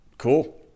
cool